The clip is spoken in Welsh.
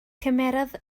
cymerodd